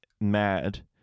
mad